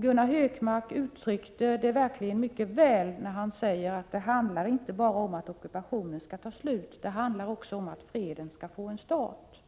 Gunnar Hökmark uttryckte det verkligen mycket väl när han sade att det handlar inte bara om att ockupationen skall ta slut, utan också om att freden skall få en start.